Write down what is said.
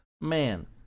man